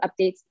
updates